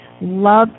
love